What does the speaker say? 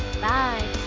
bye